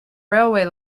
railway